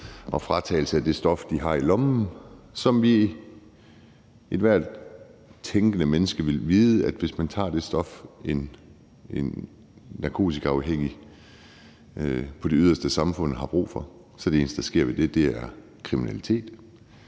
og fratage folk det stof, de har i lommen. Ethvert tænkende menneske vil vide, at hvis man tager det stof, som narkotikaafhængige på kanten af samfundet har brug for, så er det eneste, der sker ved det, at der bliver